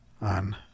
on